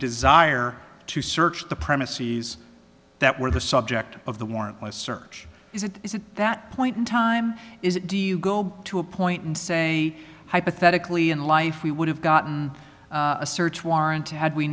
desire to search the premises that were the subject of the warrantless search is it is it that point in time is it do you go to a point and say hypothetically in life we would have gotten a search warrant and had we